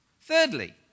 Thirdly